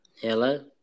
Hello